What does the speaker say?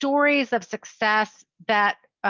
stories of success that